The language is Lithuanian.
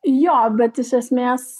jo bet iš esmės